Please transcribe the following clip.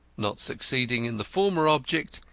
not succeeding in the former object,